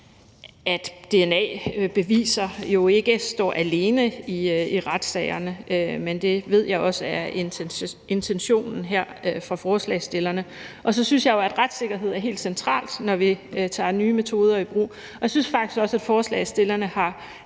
at dna-beviser jo ikke står alene i retssagerne, men det ved jeg også er intentionen her fra forslagsstillernes side. Og så synes jeg jo, retssikkerheden er helt centralt, når vi tager nye metoder i brug. Jeg synes faktisk også, at forslagsstillerne har